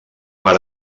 per